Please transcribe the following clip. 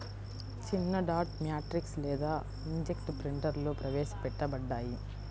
చిన్నడాట్ మ్యాట్రిక్స్ లేదా ఇంక్జెట్ ప్రింటర్లుప్రవేశపెట్టబడ్డాయి